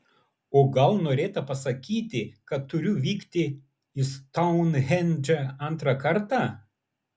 o gal norėta pasakyti kad turiu vykti į stounhendžą antrą kartą